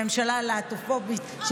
ממשלה להט"בופובית,